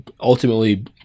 ultimately